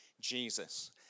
Jesus